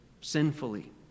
sinfully